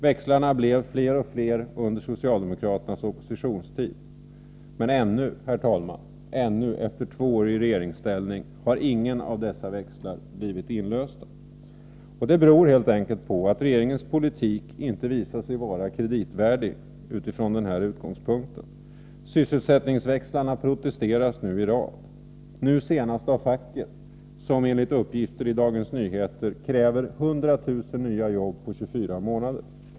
Växlarna blev fler och fler under socialdemokraternas oppositionstid. Men ännu, herr talman, efter två år med socialdemokraterna i regeringsställning har ingen av dessa växlar blivit inlöst. Det beror helt enkelt på att regeringens politik inte visat sig vara kreditvärdig utifrån denna utgångspunkt. Sysselsättningsväxlarna protesteras i rad, nu senast av facket, som enligt uppgifter i Dagens Nyheter kräver 100 000 nya jobb på 24 månader.